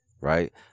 Right